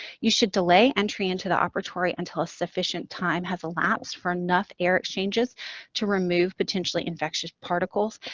you should delay entry into the operatory until sufficient time has elapsed for enough air exchanges to remove potentially infectious particles,